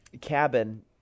cabin